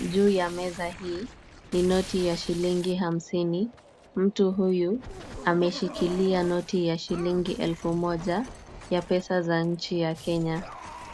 Juu ya meza hii ni noti ya shilingi hamsini, mtu huyu ameshikilia noti ya shilingi elfu moja ya pesa za nchi ya Kenya.